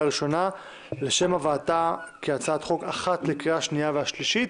ראשונה לשם הבאתה כהצעת חוק אחת לקריאה השנייה והשלישית.